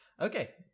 Okay